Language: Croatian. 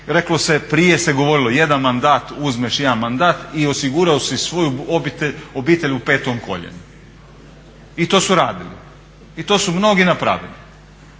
Reklo se, prije se govorilo uzmeš jedan mandat i osigurao si svoju obitelj u petom koljenu i to su radili i to su mnogi napravili.